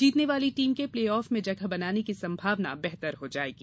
जीतने वाली टीम के प्लेऑफ में जगह बनाने की संभावना बेहतर हो जाएगी